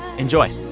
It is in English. enjoy